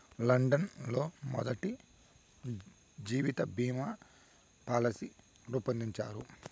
London లో మొదటి జీవిత బీమా పాలసీ రూపొందించారు